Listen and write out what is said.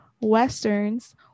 westerns